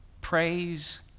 Praise